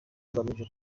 agamije